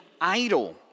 idol